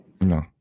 No